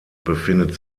befindet